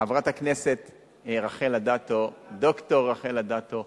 חברת הכנסת רחל אדטו, ד"ר רחל אדטו,